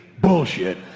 bullshit